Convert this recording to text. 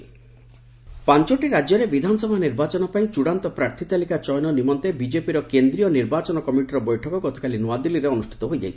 BJP central election ପାଞ୍ଚୋଟି ରାଜ୍ୟରେ ବିଧାନସଭା ନିର୍ବାଚନ ପାଇଁ ଚୂଡାନ୍ତ ପ୍ରାର୍ଥୀ ତାଲିକା ଚୟନ ନିମନ୍ତେ ବିଜେପିର କେନ୍ଦ୍ରୀୟ ନିର୍ବାଚନ କମିଟିର ବୈଠକ ଗତକାଲି ନୂଆଦିଲ୍ଲୀରେ ଅନୁଷ୍ଠିତ ହୋଇଯାଇଛି